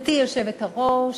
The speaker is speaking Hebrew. גברתי היושבת-ראש,